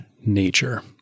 nature